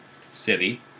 city